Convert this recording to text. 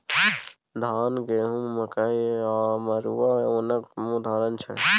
धान, गहुँम, मकइ आ मरुआ ओनक उदाहरण छै